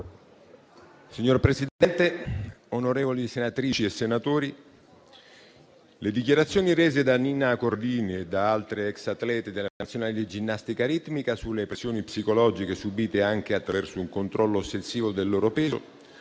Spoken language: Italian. Signor Presidente, onorevoli senatrici e senatori, le dichiarazioni rese da Nina Corradini e da altre ex atlete della nazionale di ginnastica ritmica sulle pressioni psicologiche subite, anche attraverso un controllo ossessivo del loro peso,